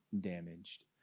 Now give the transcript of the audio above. damaged